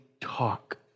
talk